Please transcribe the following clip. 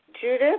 Judith